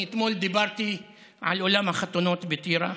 אני אתמול דיברתי על אולם החתונות בטירה,